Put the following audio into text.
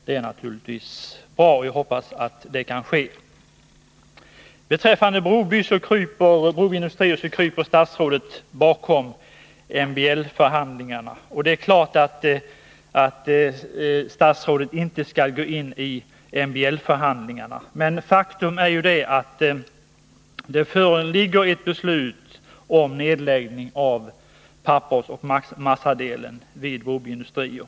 Det är naturligtvis också bra att så sker, och jag hoppas att detta arbete kommer att lyckas. När det gäller Broby industrier kryper statsrådet bakom MBL-förhandlingarna. Självfallet skall statsrådet inte heller gå in i dessa förhandlingar, men det är ändå ett faktum att det föreligger ett beslut om nedläggning av pappersoch massadelen vid Broby industrier.